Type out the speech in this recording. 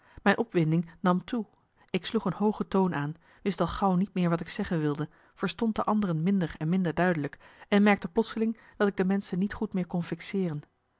mijn opwinding nam toe ik sloeg een hooge toon aan wist al gauw niet meer wat ik zeggen wilde verstond de anderen minder en minder duidelijk en merkte plotseling dat ik de menschen niet goed meer kon fixeeren